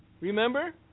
remember